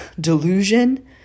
delusion